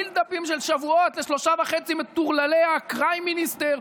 בילד-אפים של שבועות לשלושה וחצי מטורללי ה-Crime Minister,